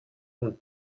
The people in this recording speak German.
und